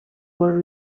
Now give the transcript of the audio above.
were